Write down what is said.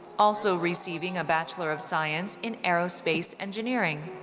also receiving a bachelor of science in aerospace engineering.